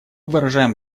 выражаем